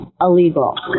illegal